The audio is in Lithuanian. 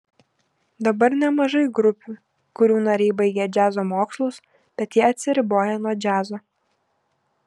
dabar nemažai grupių kurių nariai baigę džiazo mokslus bet jie atsiriboja nuo džiazo